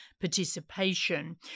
participation